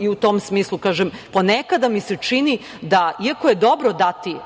i u tom smislu, kažem, ponekada mi se čini da, iako je dobro dati